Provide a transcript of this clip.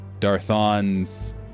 Darthon's